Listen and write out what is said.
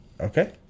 Okay